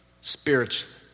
spiritually